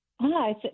Hi